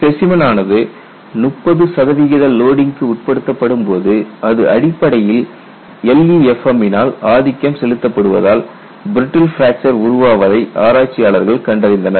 specimen ஆனது 30 சதவிகித லோடிங்க்கு உட்படுத்தப்படும்போது அது அடிப்படையில் LEFM னால் ஆதிக்கம் செலுத்தப்படுவதால் பிரிட்டில் பிராக்சர் உருவாவதை ஆராய்ச்சியாளர்கள் கண்டறிந்தனர்